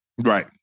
Right